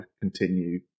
continue